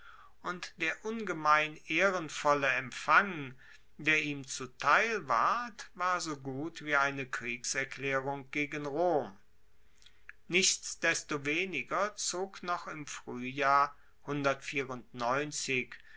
und der ungemein ehrenvolle empfang der ihm zuteil ward war so gut wie eine kriegserklaerung gegen rom nichtsdestoweniger zog noch im fruehjahr